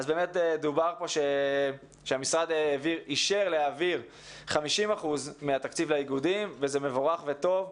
דובר פה שהמשרד אישר להעביר 50% מהתקציב לאיגודים וזה מבורך וטוב,